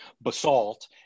basalt